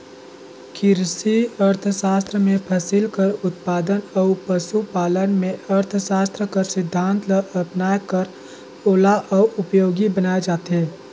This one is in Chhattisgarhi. किरसी अर्थसास्त्र में फसिल कर उत्पादन अउ पसु पालन में अर्थसास्त्र कर सिद्धांत ल अपनाए कर ओला अउ उपयोगी बनाए जाथे